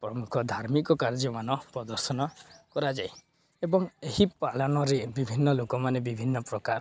ପ୍ରମୁଖ ଧାର୍ମିକ କାର୍ଯ୍ୟମାନ ପ୍ରଦର୍ଶନ କରାଯାଏ ଏବଂ ଏହି ପାଳନରେ ବିଭିନ୍ନ ଲୋକମାନେ ବିଭିନ୍ନ ପ୍ରକାର